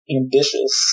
ambitious